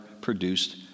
produced